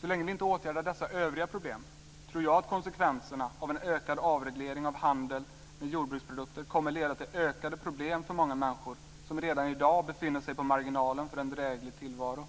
Så länge vi inte åtgärdar dessa övriga problem tror jag att konsekvenserna av en ökad avreglering av handel med jordbruksprodukter kommer att leda till ökade problem för många människor som redan i dag befinner sig på marginalen för en dräglig tillvaro.